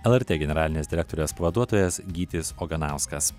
lrt generalinės direktorės pavaduotojas gytis oganauskas